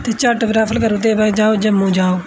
झट्ट रैफर करी ओड़दे हे भाई जाओ जम्मू जाओ